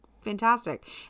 fantastic